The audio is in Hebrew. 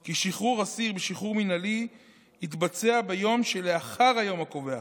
כי שחרור אסיר בשחרור מינהלי יתבצע ביום שלאחר היום הקובע,